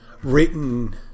Written